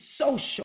social